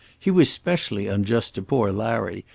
he was specially unjust to poor larry,